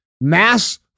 Mass